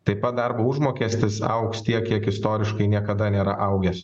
taip pat darbo užmokestis augs tiek kiek istoriškai niekada nėra augęs